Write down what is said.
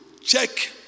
check